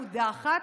מודחת,